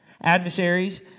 Adversaries